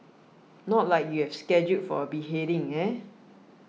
not like you're scheduled for a beheading eh